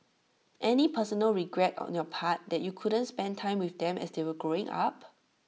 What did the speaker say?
any personal regrets on your part that you couldn't spend time with them as they were growing up